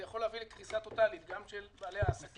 זה יכול להביא לקריסה טוטלית, גם של בעלי העסקים